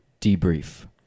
debrief